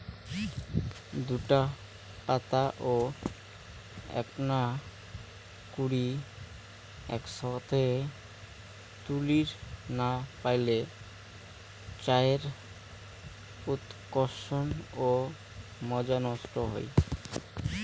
দুইটা পাতা ও এ্যাকনা কুড়ি এ্যাকসথে তুলির না পাইলে চায়ের উৎকর্ষ ও মজা নষ্ট হই